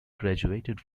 graduated